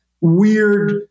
weird